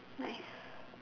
nice